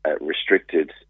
restricted